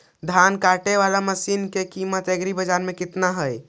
धान काटे बाला मशिन के किमत एग्रीबाजार मे कितना है?